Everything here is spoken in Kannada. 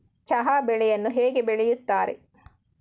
ಚಹಾ ಬೆಳೆಯನ್ನು ಹೇಗೆ ಬೆಳೆಯುತ್ತಾರೆ?